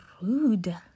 rude